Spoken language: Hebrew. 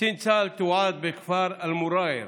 קצין צה"ל תועד בכפר אל-מוע'ייר